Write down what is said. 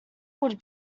would